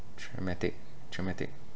traumatic traumatic